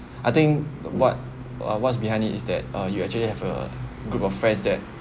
I think what uh what's behind it is that uh you actually have a group of friends that